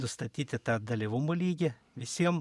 nustatyti tą dalyvumo lygį visiem